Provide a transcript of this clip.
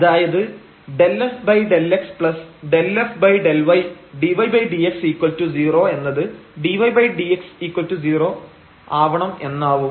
അതായത് ∂f∂x∂f∂y dydx0 എന്നത് dydx0 ആവണം എന്നാവും